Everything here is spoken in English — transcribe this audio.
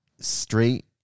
Straight